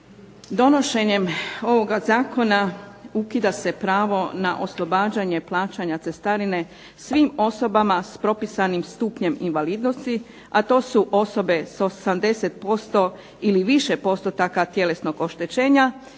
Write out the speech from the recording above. Donošenjem ovoga zakona ukida se pravo na oslobađanje plaćanja cestarine svim osobama s propisanim stupnjem invalidnosti, a to su osobe s 80% ili više postotaka tjelesnog oštećenja